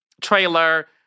trailer